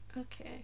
Okay